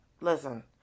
Listen